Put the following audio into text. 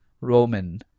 Roman